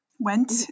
went